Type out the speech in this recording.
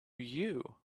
you